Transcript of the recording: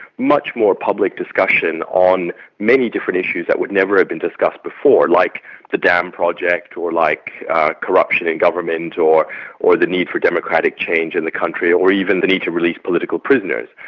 much more public discussion on many different issues that would never have been discussed before, like the dam project, or like corruption in government, or or the need for democratic change in the country, or even the need to release political prisoners.